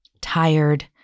Tired